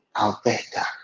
Alberta